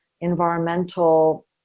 environmental